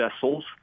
vessels